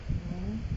mmhmm